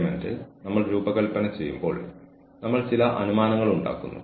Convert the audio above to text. വ്യക്തിയുടെ ജോലി അനുയോജ്യത കഴിയുന്നിടത്തോളം വിലയിരുത്തേണ്ടതുണ്ട്